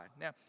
Now